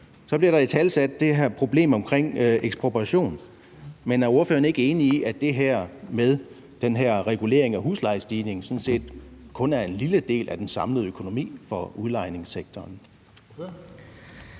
Så bliver der italesat det her problem omkring ekspropriation. Men er ordføreren ikke enig i, at det med den her regulering af huslejestigningen sådan set kun er en lille del af den samlede økonomi for udlejningssektoren?